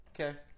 Okay